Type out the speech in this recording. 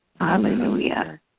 Hallelujah